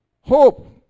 Hope